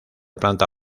planta